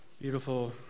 Beautiful